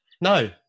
No